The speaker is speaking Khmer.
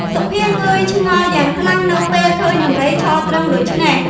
សុភាងឿងឆ្ងល់យ៉ាងខ្លាំង នៅពេលឃើញដំរីឈរទ្រឹងដូច្នេះ ។